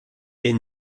est